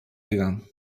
gegangen